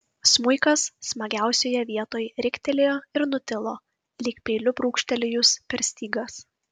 smuikas smagiausioje vietoj riktelėjo ir nutilo lyg peiliu brūkštelėjus per stygas